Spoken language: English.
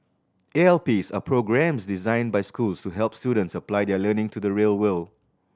A L Ps are programmes designed by schools to help students apply their learning to the real world